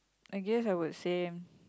I guess I would say